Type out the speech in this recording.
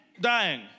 Dying